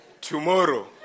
tomorrow